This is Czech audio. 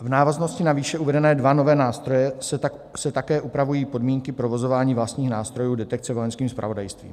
V návaznosti na výše uvedené dva nové nástroje se také upravují podmínky provozování vlastních nástrojů detekce Vojenským zpravodajstvím.